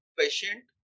patient